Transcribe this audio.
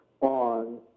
on